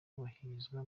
kubahirizwa